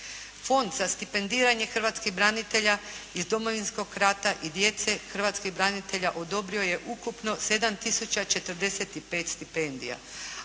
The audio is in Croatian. Fond za stipendiranje hrvatskih branitelja iz Domovinskog rata i djece hrvatskih branitelja odobrio je ukupno 7 tisuća 45 stipendija.